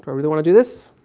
really want to do this?